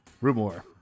Rumor